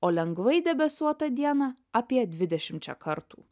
o lengvai debesuotą dieną apie dvidešimčią kartų